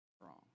strong